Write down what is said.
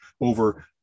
over